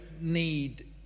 need